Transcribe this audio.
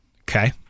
Okay